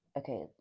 Okay